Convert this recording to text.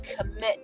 commit